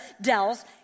Dells